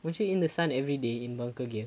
weren't you in the sun every day in bunker gear